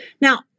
Now